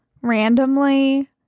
randomly